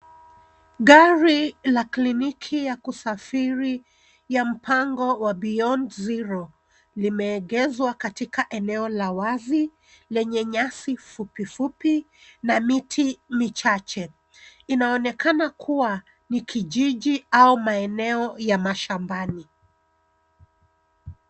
Gari la kliniki ya kusafiri ya mpango wa Beyond Zero, limeegeshwa katika eneo la wazi lenye nyasi fupi, fupi na miti michache. Inaonekana kuwa ni kijiji au maeneo ya mashambani.